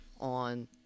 on